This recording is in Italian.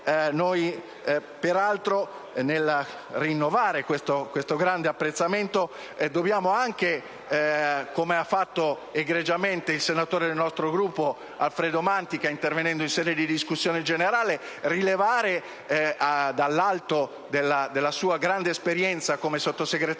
Noi, nel rinnovare questo grande apprezzamento, dobbiamo anche rilevare, come ha fatto egregiamente il senatore del nostro Gruppo Alfredo Mantica, intervenendo in sede di discussione generale dall'alto della sua grande esperienza pluriennale come Sottosegretario